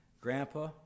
grandpa